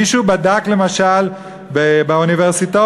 מישהו בדק למשל באוניברסיטאות,